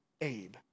Abe